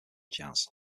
jazz